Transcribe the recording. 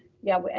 yeah,